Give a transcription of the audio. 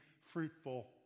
fruitful